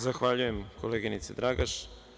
Zahvaljujem, koleginice Dragaš.